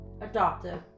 adoptive